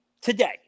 today